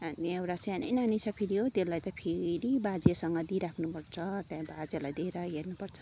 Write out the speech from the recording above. हाम्रो एउटा सानै नानी छ फेरि हो त्यसलाई फेरि बाजेसँग दिइराख्नु पर्छ त्यहाँ बाजेलाई दिएर हेर्नुपर्छ